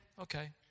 okay